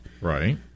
Right